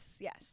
Yes